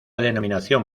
denominación